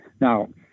Now